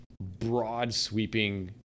broad-sweeping